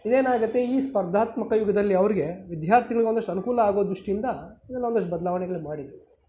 ಇದೇನಾಗುತ್ತೆ ಈ ಸ್ಪರ್ಧಾತ್ಮಕ ಯುಗದಲ್ಲಿ ಅವರಿಗೆ ವಿದ್ಯಾರ್ಥಿಗಳಿಗೆ ಒಂದಷ್ಟು ಅನೂಕೂಲ ಆಗುವ ದೃಷ್ಟಿಯಿಂದ ಇವೆಲ್ಲ ಒಂದಷ್ಟು ಬದಲಾವಣೆಗಳನ್ನು ಮಾಡಿದ್ದಾರೆ